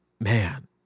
man